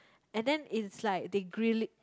and then it's like they grill it